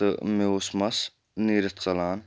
تہٕ مےٚ اوس مَس نیٖرِتھ ژَلان